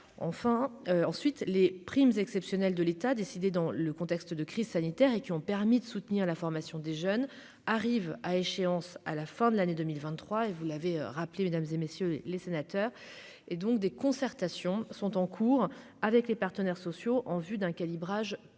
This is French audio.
enfin ensuite les primes exceptionnelles de l'État, décidé dans le contexte de crise sanitaire et qui ont permis de soutenir la formation des jeunes arrivent à échéance à la fin de l'année 2023 et vous l'avez rappelé mesdames et messieurs les sénateurs, et donc des concertations sont en cours avec les partenaires sociaux en vue d'un calibrage plus adapté